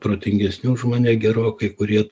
protingesni už mane gerokai kurie